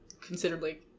considerably